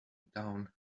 down